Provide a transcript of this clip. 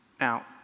Now